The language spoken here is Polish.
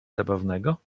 zabawnego